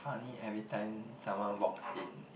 funny every time someone walks in